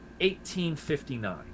1859